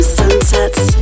sunsets